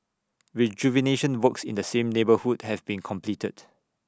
rejuvenation works in the same neighbourhood have been completed